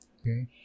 okay